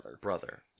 brother